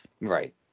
Right